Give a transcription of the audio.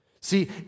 See